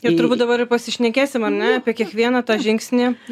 ir turbūt dabar pasišnekėsim ar ne apie kiekvieną tą žingsnį